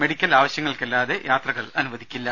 medical ആവശ്യങ്ങൾക്കല്ലാതെ യാത്രകൾ അനുവദിക്കില്ല